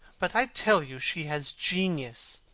but i tell you she has genius.